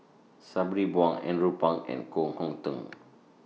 Sabri Buang Andrew Phang and Koh Hong Teng